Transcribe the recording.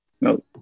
No